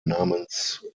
namens